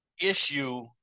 issue